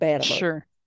Sure